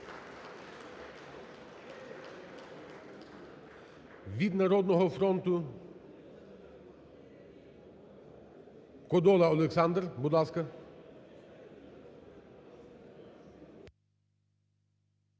Від "Народного фронту" – Кодола Олександр. Будь ласка.